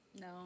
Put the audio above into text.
No